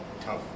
tough